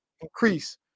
increase